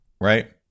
right